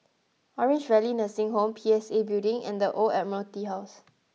Orange Valley Nursing Home P S A Building and the Old Admiralty House